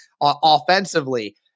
offensively